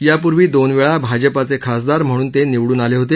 यापूर्वी दोन वेळा भाजपचे खासदार म्हणून निवडून आले होते